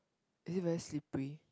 is it very slippery